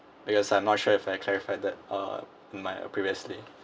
because I'm not sure if I clarified that uh in my uh previously